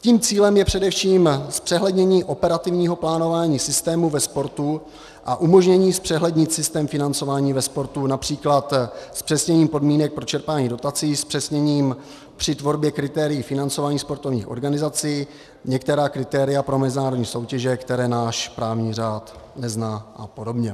Tím cílem je především zpřehlednění operativního plánování systému ve sportu a umožnění zpřehlednit systém financování ve sportu, např. zpřesněním podmínek pro čerpání dotací, zpřesněním při tvorbě kritérií financování sportovních organizací, některá kritéria pro mezinárodní soutěže, které náš právní řád nezná, apod.